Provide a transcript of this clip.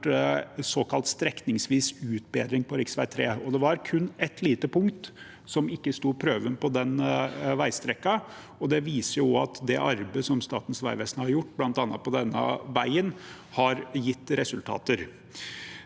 såkalt strekningsvis utbedring på rv. 3. Det var kun et lite punkt som ikke besto prøven på den veistrekningen, og det viser at arbeidet som Statens vegvesen har gjort, bl.a. på denne veien, har gitt resultater.